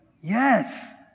Yes